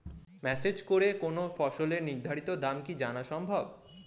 Message করে কোন ফসলের নির্ধারিত দাম কি জানা সম্ভব?